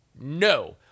no